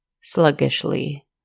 sluggishly